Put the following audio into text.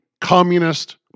communist